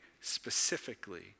specifically